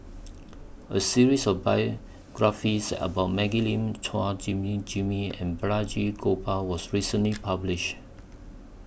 A series of biographies about Maggie Lim Chua Jimmy Jimmy and Balraj Gopal was recently published